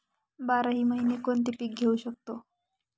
बाराही महिने कोणते पीक घेवू शकतो?